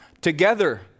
Together